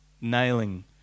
nailing